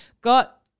got